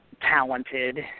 talented